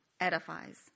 edifies